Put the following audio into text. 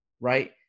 right